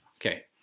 Okay